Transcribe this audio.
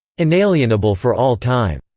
inalienable for all time.